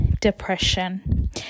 depression